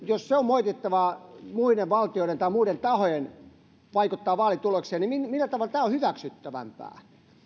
jos on moitittavaa muiden valtioiden tai muiden tahojen vaikuttaa vaalitulokseen millä tavalla tämä on hyväksyttävämpää